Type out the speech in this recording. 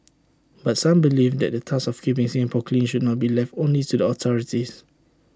but some believe that the task of keeping Singapore clean should not be left only to the authorities